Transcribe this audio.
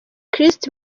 christ